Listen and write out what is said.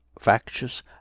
factious